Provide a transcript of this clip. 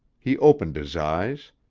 he opened his eyes.